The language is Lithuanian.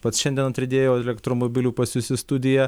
pats šiandien atriedėjau elektromobiliu pas jus į studiją